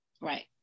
Right